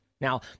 Now